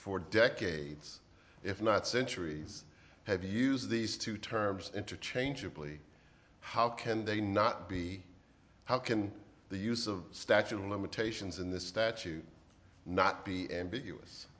for decades if not centuries have used these two terms interchangeably how can they not be how can the use of statue limitations in the statute not be ambiguous